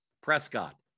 Prescott